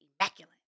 immaculate